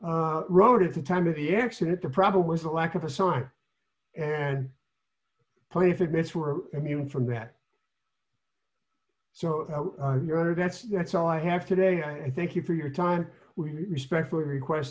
the road at the time of the accident the problem was the lack of a sign and place of miss we're immune from that so your honor that's that's all i have today i thank you for your time we respectfully request